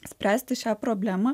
spręsti šią problemą